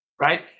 right